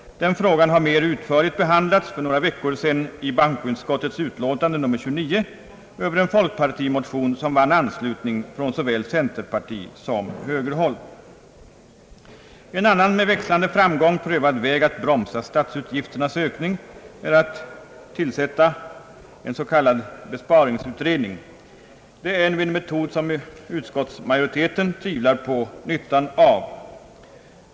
Den frågan behandlades mer utförligt för några veckor sedan i bankoutskottets utlåtande nr 29 över en folkpartimotion som vann anslutning från såväl centerpartisom högerhåll. En annan med framgång prövad väg att bromsa statsutgifternas ökning är att tillsätta en s.k. besparingsutredning. Utskottsmajoriteten betvivlar nyttan av den metoden.